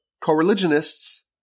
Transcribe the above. co-religionists